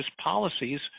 policies